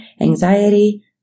anxiety